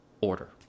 order